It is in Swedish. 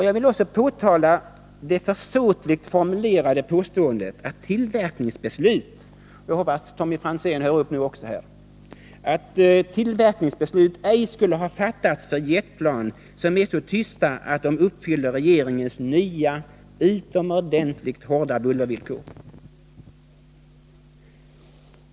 Jag vill också påtala det försåtligt formulerade påståendet att tillverkningsbeslut — jag hoppas att Tommy Franzén hör upp nu — ej skulle ha fattats för jetplan som är så tysta att de uppfyller regeringens nya, utomordentligt hårda bullervillkor.